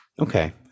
Okay